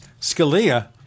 Scalia